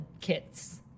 kits